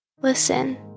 Listen